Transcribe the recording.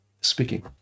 speaking